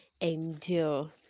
endure